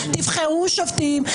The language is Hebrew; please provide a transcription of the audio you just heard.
תבחרו שופטים,